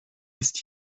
ist